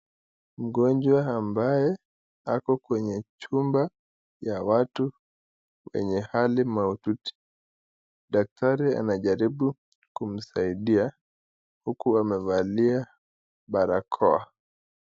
Mgonjwa ambaye ako kwenye chumba ya watu wenye hali mahututi, daktari anajaribu kumsaidia, huku amevalia barakoa.